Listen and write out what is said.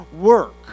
work